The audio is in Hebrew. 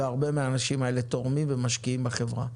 והרבה מהאנשים האלה תורמים ומשקעים בחברה.